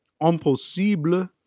Impossible